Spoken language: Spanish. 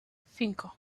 cinco